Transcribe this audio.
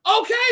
okay